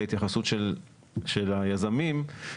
בהתייחס לנתונים שהובאו כאן על ידי השמאי מטעם מינהל התכנון,